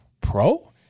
pro